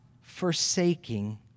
forsaking